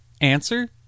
Answer